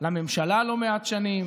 לממשלה לא מעט שנים,